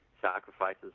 sacrifices